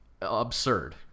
absurd